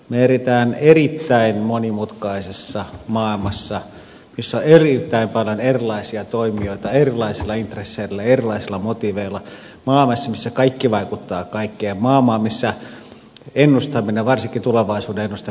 me elämme erittäin monimutkaisessa maailmassa missä on erittäin paljon erilaisia toimijoita erilaisilla intresseillä erilaisilla motiiveilla maailmassa missä kaikki vaikuttaa kaikkeen maailmassa missä ennustaminen varsinkin tulevaisuuden ennustaminen on täysin mahdotonta